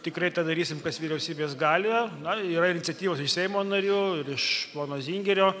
tikrai tą darysim kas vyriausybės galioje na yra iniciatyvos iš seimo narių ir iš pono zingerio